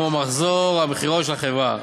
כמו מחזור המכירות של החברה,